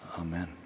Amen